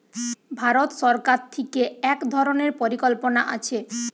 ভারত সরকার থিকে এক ধরণের পরিকল্পনা আছে